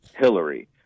Hillary